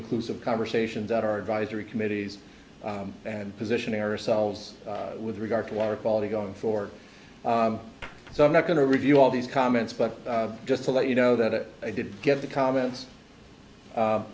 inclusive conversations that are advisory committees and positioning ourselves with regard to water quality going forward so i'm not going to review all these comments but just to let you know that i did get the comments